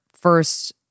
first